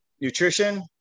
nutrition